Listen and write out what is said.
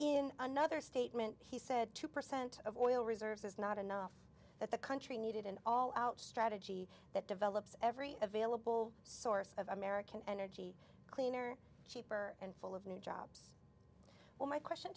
in another statement he said two percent of oil reserves is not enough that the country needed an all out strategy that develops every available source of american energy cleaner cheaper and full of new jobs well my question